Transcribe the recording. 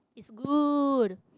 it's good